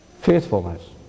faithfulness